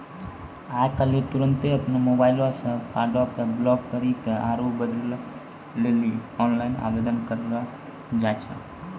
आइ काल्हि तुरन्ते अपनो मोबाइलो से कार्डो के ब्लाक करि के आरु बदलै लेली आनलाइन आवेदन करलो जाय छै